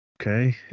Okay